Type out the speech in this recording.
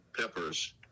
peppers